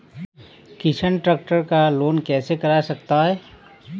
किसान ट्रैक्टर का लोन कैसे करा सकता है?